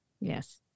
Yes